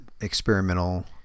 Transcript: experimental